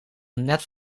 net